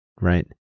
right